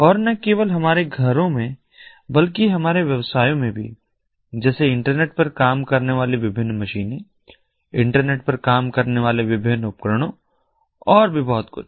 और न केवल हमारे घरों में बल्कि हमारे व्यवसायों में भी जैसे इंटरनेट पर काम करने वाली विभिन्न मशीनें इंटरनेट पर काम करने वाले विभिन्न उपकरणों और भी बहुत कुछ